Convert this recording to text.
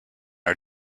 are